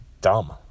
dumb